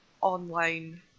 online